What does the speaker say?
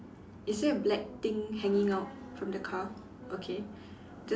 is there a black thing hanging out from the car okay the